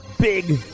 Big